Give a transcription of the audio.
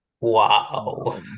Wow